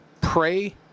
Pray